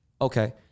Okay